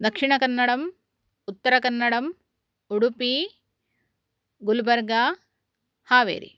दक्षिणकन्नडम् उत्तरकन्नडम् उडुपि गुल्बर्गा हावेरी